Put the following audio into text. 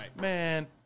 man